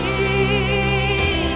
a